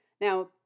Now